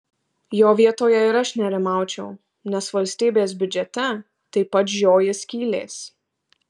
jo vietoje ir aš nerimaučiau nes valstybės biudžete taip pat žioji skylės